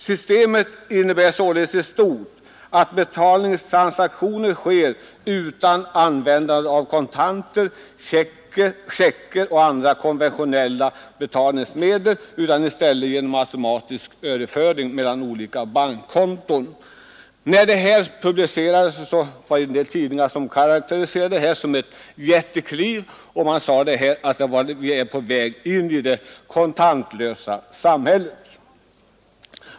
Systemet innebär således i stort att betalningstransaktioner inte sker med användande av kontanter, checkar och andra konventionella betalningsmedel utan genom automatisk överföring mellan olika bankkonton. När detta publicerades var det en del tidningar som karakteriserade systemet som ett jättekliv på vägen in i det kontantlösa samhället.